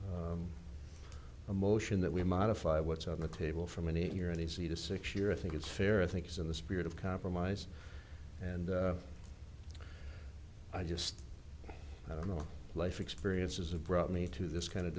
a motion that we modify what's on the table from an eight year and easy to six year i think it's fair i think it's in the spirit of compromise and i just don't know life experiences have brought me to this kind of